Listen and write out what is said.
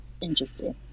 interesting